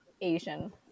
Asian